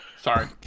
Sorry